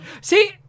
See